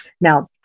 Now